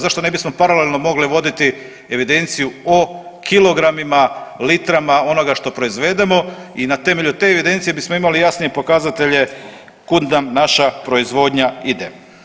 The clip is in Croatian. Zašto ne bismo paralelno mogli voditi evidenciju o kilogramima, litrama onoga što proizvedemo i na temelju te evidencije bismo imali jasnije pokazatelje kud nam naša proizvodnja ide.